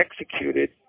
executed